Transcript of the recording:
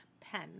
Pen